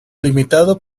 limitado